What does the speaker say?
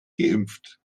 geimpft